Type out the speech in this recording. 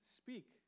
speak